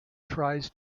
tries